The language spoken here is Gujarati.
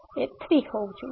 તેથી f 3 હોવું જોઈએ